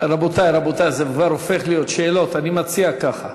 אני מבקש